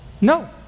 no